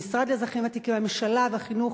המשרד לאזרחים ותיקים, הממשלה ומשרד החינוך.